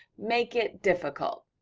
make it difficult.